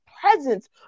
presence